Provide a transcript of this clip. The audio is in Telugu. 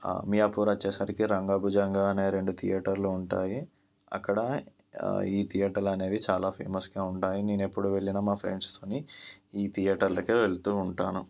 మియాపూర్ వచ్చేసరికి రాంగా భుజంగా అనే రెండు థియేటర్లు ఉంటాయి అక్కడ ఈ థియేటర్లు అనేవి చాలా ఫేమస్గా ఉంటాయి నేను ఎప్పుడు వెళ్ళినా మా ఫ్రెండ్స్ తోటి ఈ థియేటర్లకే వెళుతూ ఉంటాను